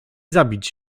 zabić